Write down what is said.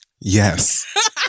Yes